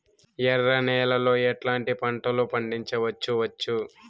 ఎర్ర నేలలో ఎట్లాంటి పంట లు పండించవచ్చు వచ్చు?